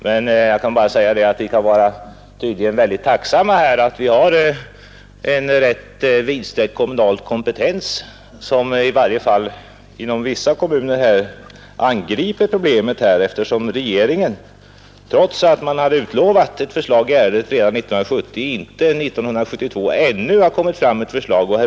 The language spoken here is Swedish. Jag vill emellertid säga att vi kan vara mycket tacksamma för att vi har en rätt vidsträckt kommunal kompetens så att i varje fall vissa kommuner som angriper problemet när regeringen, trots att ett förslag utlovats redan till 1970, ännu 1972 inte har lagt fram något förslag.